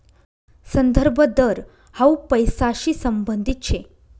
संदर्भ दर हाउ पैसांशी संबंधित शे